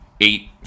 eight